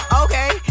okay